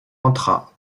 entra